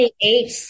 eight